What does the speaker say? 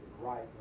right